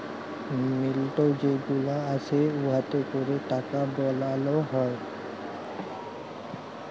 মিল্ট যে গুলা আসে উয়াতে ক্যরে টাকা বালাল হ্যয়